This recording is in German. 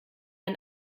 ein